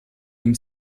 dem